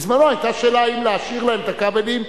בזמנה היתה השאלה אם להשאיר להם את הכבלים,